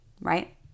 Right